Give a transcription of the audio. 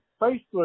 Facebook